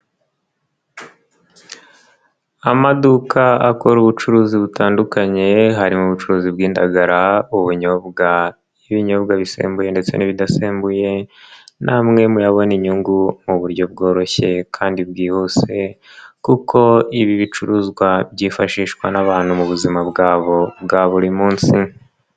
Amaduka akora ubucuruzi butandukanye harimo ubucuruzi bw'indagara ubunyobwa n'ibinyobwa bisembuye ndetse n'ibidasembuye namwe muyabona inyungu mu buryo bworoshye kandi bwihuse kuko ibi bicuruzwa byifashishwa n'abantu mu buzima bwabo bwa buri munsi.